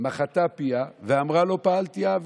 "ומחתה פיה ואמרה לא פעלתי און".